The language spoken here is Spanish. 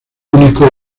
único